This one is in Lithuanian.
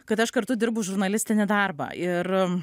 kad aš kartu dirbu žurnalistinį darbą ir